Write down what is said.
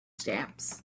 stamps